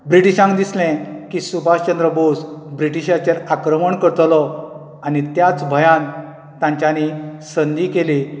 ब्रिटीशांक दिसले की सुभाष चंद्र भोस ब्रिटीशांचेर आक्रमण करतलो आनी त्याच भंयान तांच्यानी संधी केली